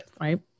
Right